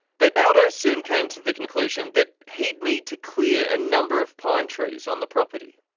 but aldo soon came to the conclusion that he'd need to clear a number of pine trees on the property.